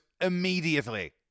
immediately